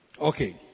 Okay